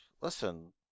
Listen